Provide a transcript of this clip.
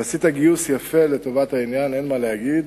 ועשית גיוס יפה לטובת העניין, אין מה להגיד,